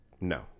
no